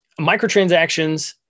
microtransactions